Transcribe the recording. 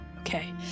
okay